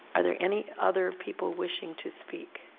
are there any other people wishing to speak?